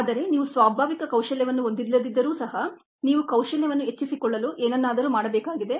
ಆದರೆ ನೀವು ಸ್ವಾಭಾವಿಕ ಕೌಶಲ್ಯವನ್ನು ಹೊಂದಿಲ್ಲದಿದ್ದರೂ ಸಹ ನೀವು ಕೌಶಲ್ಯವನ್ನು ಹೆಚ್ಚಿಸಿಕೊಳ್ಳಲು ಏನನ್ನಾದರೂ ಮಾಡಬೇಕಾಗಿದೆ